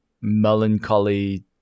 melancholy